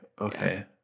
okay